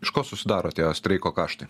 iš ko susidaro tie streiko kaštai